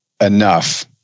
enough